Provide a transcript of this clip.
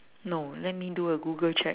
no let me do a google check